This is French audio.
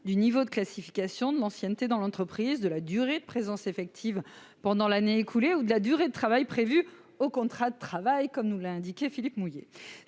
du niveau de classification, de l'ancienneté dans l'entreprise, de la durée de présence effective pendant l'année écoulée ou de la durée de travail prévue au contrat de travail, comme l'a souligné Philippe Mouiller.